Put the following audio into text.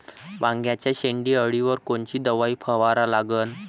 वांग्याच्या शेंडी अळीवर कोनची दवाई फवारा लागन?